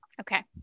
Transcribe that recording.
Okay